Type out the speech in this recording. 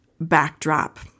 backdrop